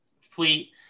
fleet